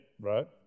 right